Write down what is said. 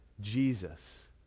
Jesus